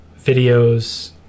videos